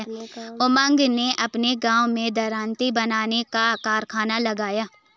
उमंग ने अपने गांव में दरांती बनाने का कारखाना लगाया